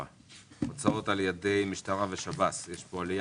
234, הוצאות ע"י משטרה ושב"ס יש פה עליה